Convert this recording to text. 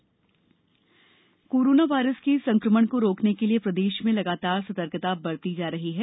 corona virus corona virus के संकमण को रोकने के लिए प्रदेष में लगातार सतर्कता बरती जा रही है